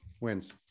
wins